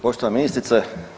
Poštovana ministrice.